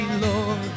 Lord